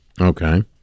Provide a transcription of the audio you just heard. Okay